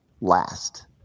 last